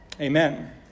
Amen